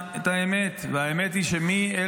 האם הבנתי נכון --- איזה שקט רועם, אופיר.